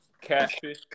catfish